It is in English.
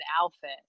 outfit